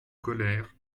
colère